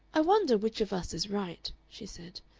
i wonder which of us is right, she said.